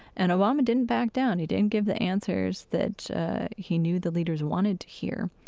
and obama didn't back down. he didn't give the answers that he knew the leaders wanted to hear,